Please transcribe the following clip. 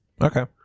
Okay